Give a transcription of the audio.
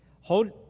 Hold